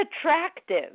attractive